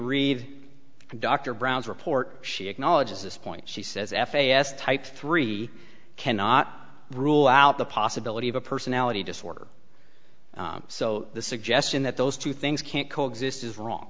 read dr brown's report she acknowledges this point she says f a s type three cannot rule out the possibility of a personality disorder so the suggestion that those two things can't co exist is wrong